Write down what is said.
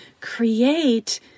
create